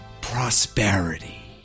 prosperity